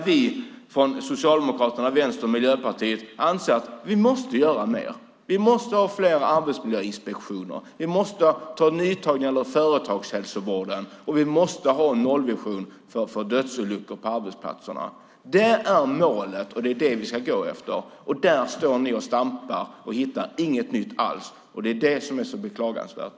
Vi från Socialdemokraterna, Vänstern och Miljöpartiet anser att vi måste göra mer. Vi måste ha fler arbetsmiljöinspektioner. Vi måste ta nya tag när det gäller företagshälsovården, och vi måste ha en nollvision för antalet dödsolyckor på arbetsplatserna. Det är målet, och det är det vi ska gå efter. Där står ni och stampar och hittar ingenting nytt alls. Det är det som är så beklagansvärt.